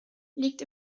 liegt